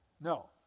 No